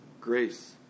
grace